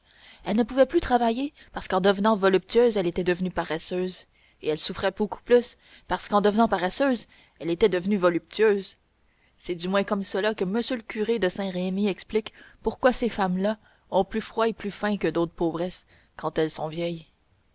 elle ne pouvait plus travailler parce qu'en devenant voluptueuse elle était devenue paresseuse et elle souffrait beaucoup plus parce qu'en devenant paresseuse elle était devenue voluptueuse c'est du moins comme cela que m le curé de saint-remy explique pourquoi ces femmes-là ont plus froid et plus faim que d'autres pauvresses quand elles sont vieilles